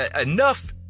enough